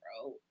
bro